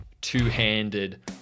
two-handed